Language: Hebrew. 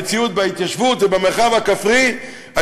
אבל כשהמציאות בהתיישבות ובמרחב הכפרי משתנה,